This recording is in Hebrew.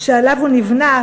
שעליו הוא נבנה,